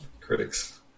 critics